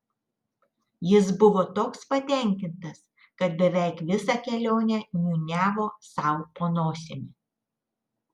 jis buvo toks patenkintas kad beveik visą kelionę niūniavo sau po nosimi